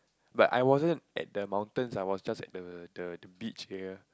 but I wasn't at the mountains I was just at the the the beach area